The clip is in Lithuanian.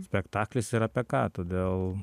spektaklis ir apie ką todėl